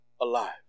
alive